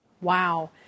Wow